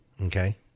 Okay